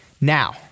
Now